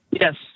Yes